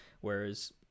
whereas